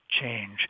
change